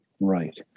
right